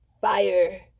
fire